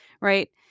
right